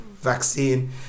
vaccine